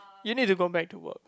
you need to go back to work